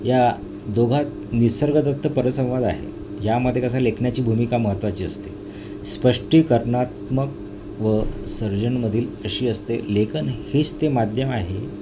या दोघात निसर्गदत्त परिसंवाद आहे यामध्ये कसं लेखनाची भूमिका महत्त्वाची असते स्पष्टीकरणात्मक व सर्जनमधील अशी असते लेखन हेच ते माध्यम आहे